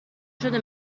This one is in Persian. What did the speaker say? شده